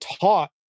taught